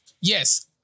Yes